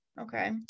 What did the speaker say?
Okay